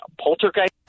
poltergeist